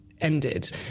ended